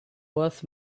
worth